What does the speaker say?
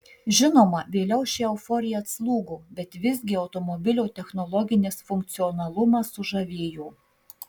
žinoma vėliau ši euforija atslūgo bet visgi automobilio technologinis funkcionalumas sužavėjo